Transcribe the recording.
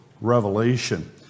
Revelation